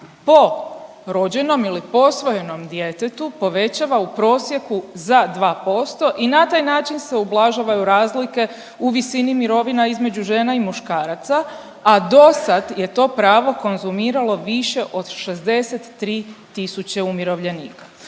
po rođenom ili posvojenom djetetu povećava u prosjeku za 2% i na taj način se ublažavaju razlike u visini mirovina između žena i muškaraca, a dosad je to pravo konzumiralo više od 63 tisuće umirovljenika.